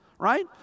Right